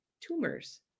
tumors